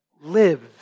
live